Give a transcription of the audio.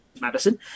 Madison